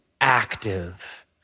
active